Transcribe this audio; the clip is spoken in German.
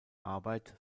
arbeit